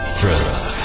Thriller